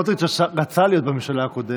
סמוטריץ' רצה להיות בממשלה הקודמת,